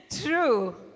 True